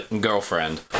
girlfriend